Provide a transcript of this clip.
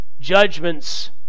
judgments